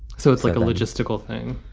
so it's like a logistical thing.